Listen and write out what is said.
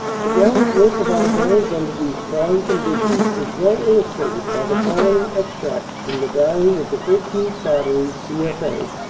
the gallant work of our gunners under these trying con ditions is well illustrated by the following extracts from the diary of the thirteenth. battery, c f a.